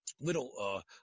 little